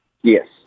Yes